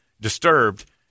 disturbed